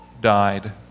died